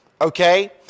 Okay